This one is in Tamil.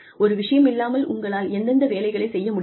ஒரு விஷயம் இல்லாமல் உங்களால் எந்தெந்த வேலைகளை செய்ய முடியும்